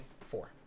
Four